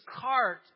cart